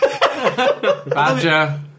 Badger